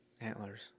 antlers